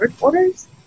orders